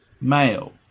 male